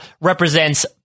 represents